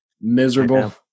miserable